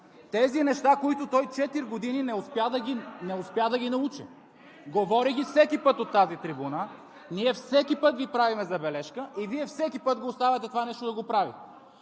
Тези неща, които той четири години не успя да научи, ги говори всеки път от тази трибуна. Ние всеки път Ви правим забележка, и Вие всеки път го оставяте това нещо да го прави.